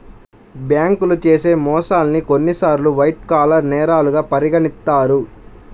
బ్యేంకులు చేసే మోసాల్ని కొన్నిసార్లు వైట్ కాలర్ నేరాలుగా పరిగణిత్తారు